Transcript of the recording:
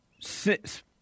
six